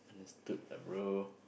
understood ah bro